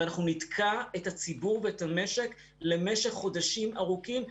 ואנחנו נתקע את הציבור ואת המשק למשך חודשים ארוכים.